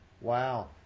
Wow